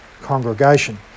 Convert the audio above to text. congregation